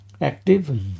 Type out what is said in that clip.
active